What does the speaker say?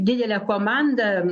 didelę komandą